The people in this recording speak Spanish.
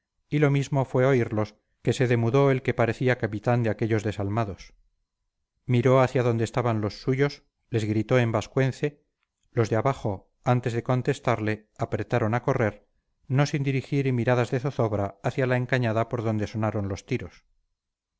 y lo mismo fue oírlos que se demudó el que parecía capitán de aquellos desalmados miró hacia donde estaban los suyos les gritó en vascuence los de abajo antes de contestarle apretaron a correr no sin dirigir miradas de zozobra hacia la encañada por donde sonaron los tiros